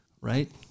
Right